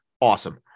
Awesome